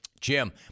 Jim